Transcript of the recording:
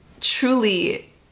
truly